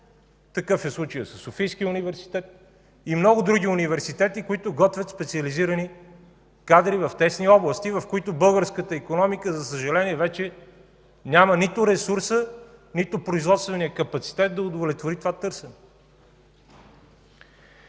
Такъв е случаят със Софийския университет и много други университети, които готвят специализирани кадри в тесни области, в които българската икономика, за съжаление, вече няма нито ресурса, нито производствения капацитет да удовлетвори това търсене.